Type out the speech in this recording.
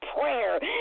prayer